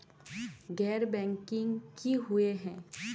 गैर बैंकिंग की हुई है?